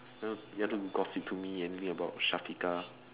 you want you want to gossip to me angry about Syafiqah